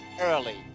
early